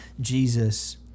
Jesus